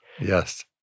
Yes